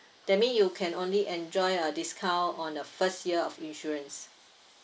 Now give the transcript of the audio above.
that mean you can only enjoy a discount on the first year of insurance